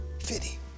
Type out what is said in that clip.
Fitty